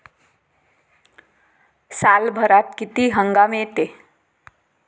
सालभरात किती हंगाम येते?